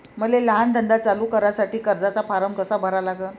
मले लहान धंदा चालू करासाठी कर्जाचा फारम कसा भरा लागन?